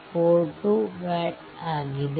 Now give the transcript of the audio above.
42 watt ಆಗಿದೆ